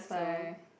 so